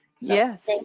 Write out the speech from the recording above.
yes